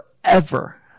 forever